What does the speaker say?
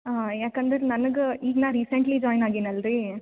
ಹಾಂ ಯಾಕಂದ್ರೆ ನನಗೆ ಈಗ ನಾನು ರೀಸೆಂಟ್ಲಿ ಜಾಯ್ನ್ ಆಗೀನಲ್ಲ ರೀ